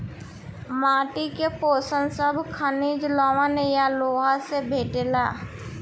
माटी के पोषण सब खनिज, लवण आ लोहा से भेटाला